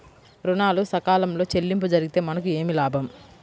ఋణాలు సకాలంలో చెల్లింపు జరిగితే మనకు ఏమి లాభం?